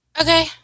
Okay